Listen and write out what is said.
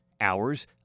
Hours